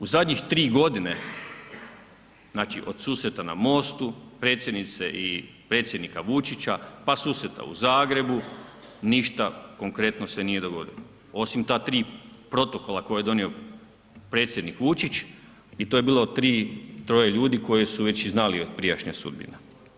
U zadnjih 3 godine, znači od susretana mostu predsjednice i predsjednika Vučića, pa susreta u Zagrebu, ništa konkretno se nije dogodilo osim ta 3 protokola koje je donio predsjednik Vučić i to je bilo 3-je ljudi koje su već i znali od prijašnja sudbina.